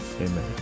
Amen